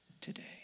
today